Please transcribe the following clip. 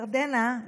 ירדנה,